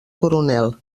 coronel